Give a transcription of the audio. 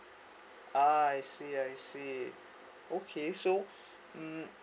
ah I see I see okay so mm